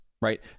right